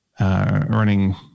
earning